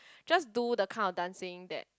just do the kind of dancing that